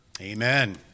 Amen